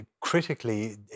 critically